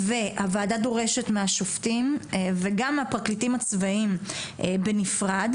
הוועדה דורשת מהשופטים וגם מהפרקליטים הצבאיים בנפרד,